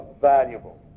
valuable